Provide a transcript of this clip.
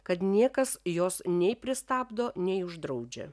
kad niekas jos nei pristabdo nei uždraudžia